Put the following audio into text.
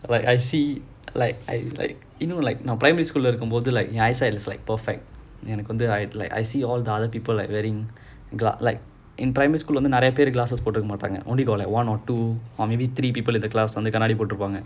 like I see like I like you know like now primary school இருக்கும் போது என்:irukum pothu en my eyesight was like perfect எனக்கு வந்து:ennakku vanthu I like I see all the other people like wearing gla~ like in primary school வந்து நெறய பேரு கண்ணாடி போட்டு இருக்க மாட்டாங்க:vanthu neraya peru kanaadi pottu irukka maataaga only got like one or two or maybe three people in the class கண்ணாடி போட்டு இருப்பாங்க:kanaadi pottu irupaanga